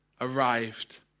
arrived